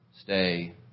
stay